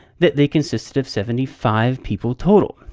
that they consisted of seventy five people, total.